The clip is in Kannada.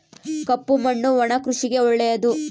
ಕಪ್ಪು ಮಣ್ಣು ಒಣ ಕೃಷಿಗೆ ಒಳ್ಳೆಯದು